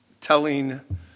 telling